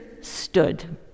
stood